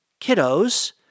kiddos